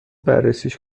بررسیش